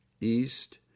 East